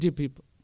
people